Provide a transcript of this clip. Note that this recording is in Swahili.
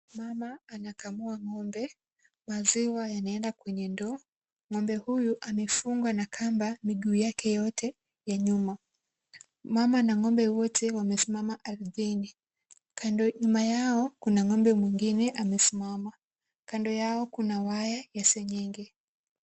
Mama anakamua ng'ombe. Maziwa yanaenda kwenye ndoo. Ng'ombe huyu amefungwa na kamba miguu yake yote ya nyuma. Mama na ng'ombe wote wamesimama ardhini. Nyuma yao kuna ng'ombe mwingine amesimama, kando yao kuna waya ya seng'enge.